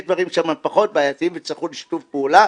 יש דברים שם שהם פחות בעייתיים ויצטרכו לשיתוף פעולה